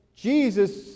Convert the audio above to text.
Jesus